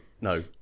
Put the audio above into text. no